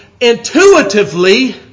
intuitively